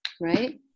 right